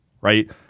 right